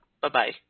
Bye-bye